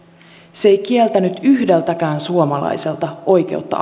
se ei kieltänyt yhdeltäkään suomalaiselta oikeutta